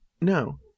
No